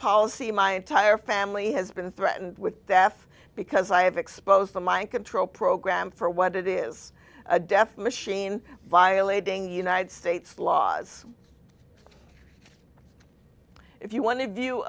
policy my entire family has been threatened with death because i have exposed the mind control program for what it is a death machine violating united states laws if you want to view